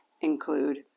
include